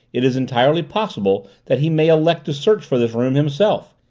it is entirely possible that he may elect to search for this room himself!